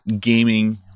gaming